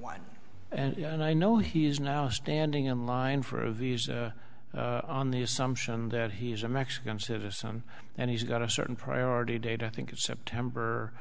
one and i know he is now standing in line for a visa on the assumption that he is a mexican citizen and he's got a certain priority date i think in september